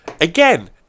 again